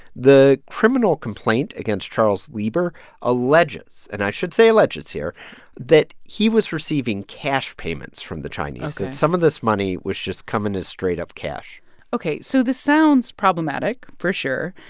the criminal complaint against charles lieber alleges and i should say alleges here that he was receiving cash payments from the chinese, that some of this money was just coming as straight up cash ok. so this sounds problematic for sure.